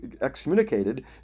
excommunicated